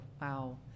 wow